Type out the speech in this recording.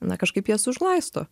na kažkaip jas užglaisto